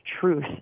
truth